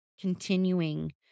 continuing